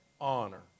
honor